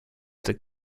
that